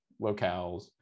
locales